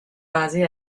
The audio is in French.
basé